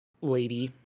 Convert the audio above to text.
lady